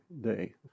day